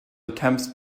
attempts